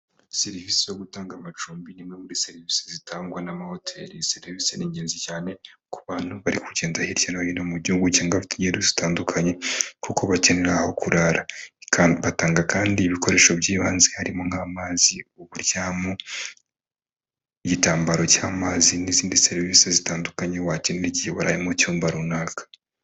Serivisi yo gutanga amacumbi ni imwe muri serivisi zitangwa n'amahoteri. Iyi serivisi ni ingenzi cyane ku bantu barikugenda hirya no hino mu Gihugu cyangwa bafite ingendo zitandukanye kuko bakenera aho kurara. Batanga kandi ibikoresho by'ibanze harimo nk'amazi, uburyamo, igitambaro cy'amazi n'izindi serivisi zitandukanye wakenera igihe waraye mu cyumba runaka.